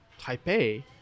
Taipei